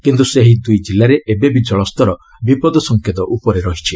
କିନ୍ତୁ ସେହି ଦୁଇ ଜିଲ୍ଲାରେ ଏବେବି ଜଳସ୍ତର ବିପଦ ସଙ୍କେତ ଉପରେ ରହିଛି